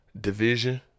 Division